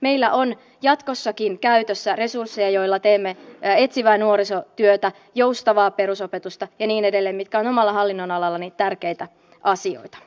meillä on jatkossakin käytössä resursseja joilla teemme etsivää nuorisotyötä joustavaa perusopetusta ja niin edelleen mitkä ovat omalla hallinnonalallani tärkeitä asioita